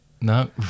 No